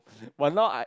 but now I